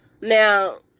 now